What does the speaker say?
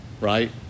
right